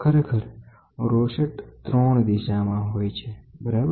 ખરેખર રોસેટ ત્રણ દિશામાં હોય છે બરાબર